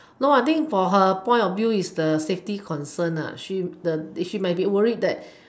no I think for her point of view is the safety concern she the she might be worried that